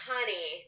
Honey